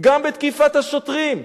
האשמת שווא,